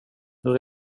hur